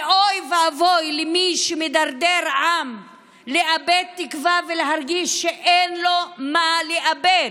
ואוי ואבוי למי שמדרדר עם לאבד תקווה ולהרגיש שאין לו מה לאבד.